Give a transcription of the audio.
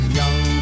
young